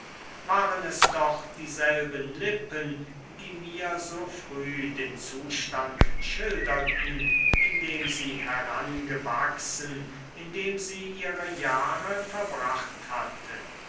waren es doch dieselben lippen die mir so früh den zustand schilderten in dem sie herangewachsen in dem sie ihre jahre verbracht hatte